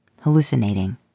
Hallucinating